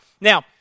Now